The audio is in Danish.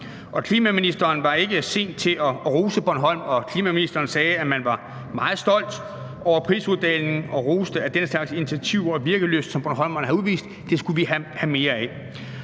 Klimaministeren var ikke sen til at rose Bornholm, og klimaministeren sagde, at man var meget stolt over prisuddelingen og roste, at den slags initiativer og virkelyst, som bornholmerne har udvist, skulle vi have mere af.